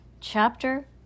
Chapter